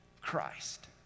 Christ